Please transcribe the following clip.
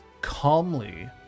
calmly